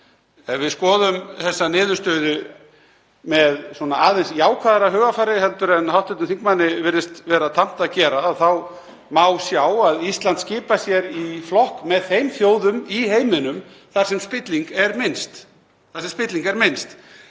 við skoðum þessa niðurstöðu með aðeins jákvæðara hugarfari en hv. þingmanni virðist vera tamt að gera, þá má sjá að Ísland skipar sér í flokk með þeim þjóðum í heiminum þar sem spilling er minnst. En vilji menn